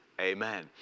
Amen